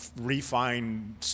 refine